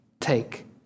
take